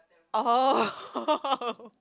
oh